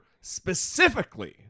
specifically